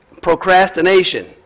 Procrastination